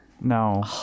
No